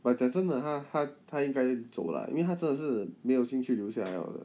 but 讲真的他他应该走了因为他真的是没有兴趣留下来 liao 了